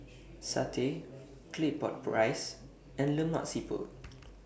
Satay Claypot Rice and Lemak Siput